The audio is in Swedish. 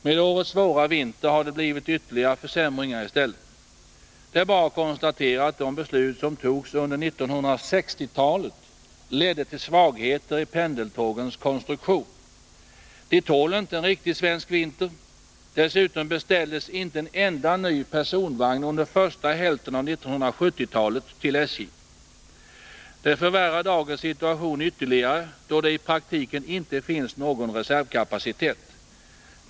Med årets svåra vinter har det blivit ytterligare försämringar i stället. Det är bara att konstatera att de beslut som togs under 1960-talet ledde till svagheter i pendeltågens konstruktion. De tål inte en riktig svensk vinter. Dessutom beställdes under första hälften av 1970-talet inte en enda ny personvagn till SJ. Det förvärrar dagens situation ytterligare, då det i praktiken inte finns någon reservkapacitet.